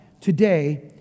Today